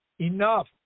enough